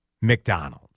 McDonald's